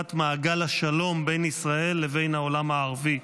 מעגל השלום בין ישראל לבין העולם הערבי.